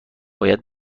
باید